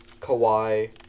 Kawhi